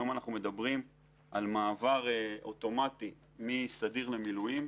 היום אנחנו מדברים על מעבר אוטומטי מסדיר למילואים.